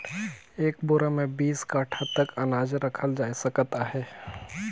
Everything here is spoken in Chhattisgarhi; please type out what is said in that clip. एक बोरा मे बीस काठा तक अनाज रखल जाए सकत अहे